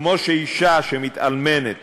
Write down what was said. כמו שאישה שמתאלמנת